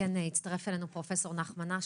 הצטרף אלינו פרופ' נחמן אש,